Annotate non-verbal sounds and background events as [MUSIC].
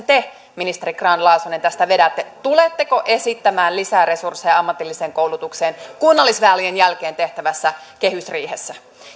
[UNINTELLIGIBLE] te ministeri grahn laasonen tästä vedätte tuletteko esittämään lisäresursseja ammatilliseen koulutukseen kunnallisvaalien jälkeen tehtävässä kehysriihessä